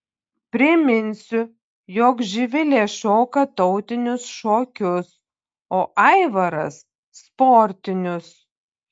priminsiu jog živilė šoka tautinius šokius o aivaras sportinius